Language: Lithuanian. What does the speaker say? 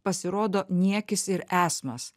pasirodo niekis ir esmas